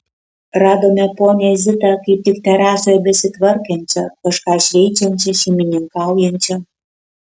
radome ponią zitą kaip tik terasoje besitvarkančią kažką šveičiančią šeimininkaujančią